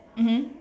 mmhmm